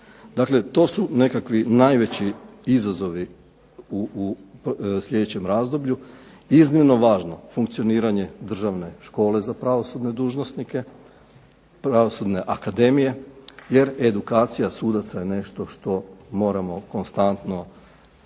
Dakle, to su nekakvi najveći izazovi u sljedećem razdoblju. Iznimno važno funkcioniranje Državne škole za pravosudne dužnosnike, Pravosudne akademije jer edukacija sudaca je nešto što moramo konstantno